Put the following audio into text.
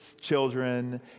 children